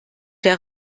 der